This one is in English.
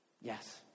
Yes